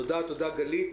תודה גלית.